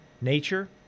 nature